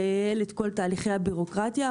ייעל את כל תהליכי הבירוקרטיה,